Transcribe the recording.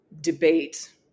debate